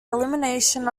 elimination